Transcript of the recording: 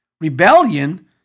Rebellion